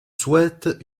souhaite